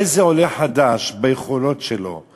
איזה עולה חדש, ביכולות שלו,